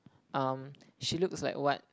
um she looks like what